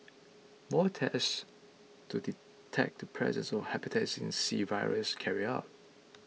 more tests to detect the presence of Hepatitis C virus carried out